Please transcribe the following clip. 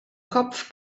kopf